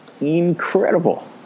incredible